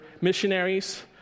missionaries